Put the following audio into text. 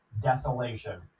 desolation